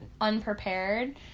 unprepared